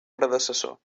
predecessor